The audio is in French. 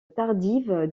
tardive